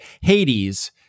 hades